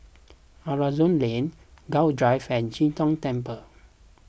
Aroozoo Lane Gul Drive and Chee Tong Temple